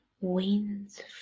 Winds